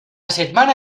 setmana